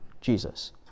Jesus